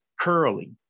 curly